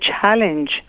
challenge